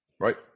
Right